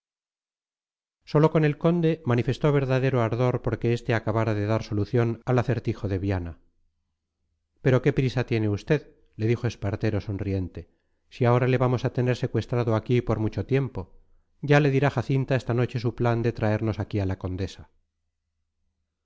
solo con el conde manifestó verdadero ardor porque este acabara de dar solución al acertijo de viana pero qué prisa tiene usted le dijo espartero sonriente si ahora le vamos a tener secuestrado aquí por mucho tiempo ya le dirá jacinta esta noche su plan de traernos aquí a la condesa